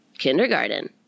Kindergarten